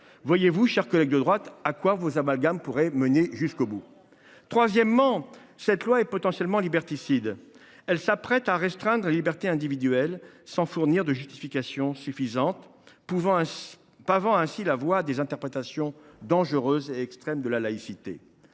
Voyez, chers collègues de droite, à quoi vos amalgames pourraient mener… Troisièmement, cette proposition de loi est potentiellement liberticide. Elle permet de restreindre les libertés individuelles sans fournir de justification suffisante, pavant ainsi la voie à des interprétations dangereuses, car extrêmes, de la laïcité.